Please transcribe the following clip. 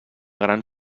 gran